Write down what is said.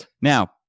Now